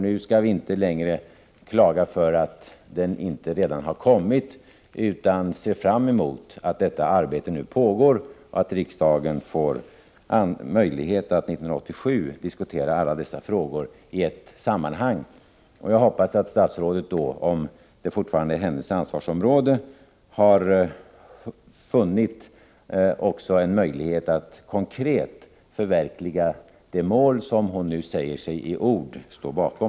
Nu skall vi inte klaga för att den inte redan har kommit utan se fram emot resultatet av det arbete som nu pågår och emot att riksdagen får möjlighet att 1987 diskutera alla dessa frågor i ett sammanhang. Jag hoppas att statsrådet då, om det fortfarande är hennes ansvarsområde, har funnit en möjlighet att också konkret förverkliga de mål som hon nu i ord säger sig stå bakom.